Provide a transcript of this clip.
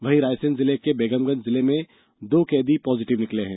वहीं रायसेन जिले के बेगमगंज जेल में दो कैदी पॉजिटिव निकले हैं